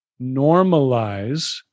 normalize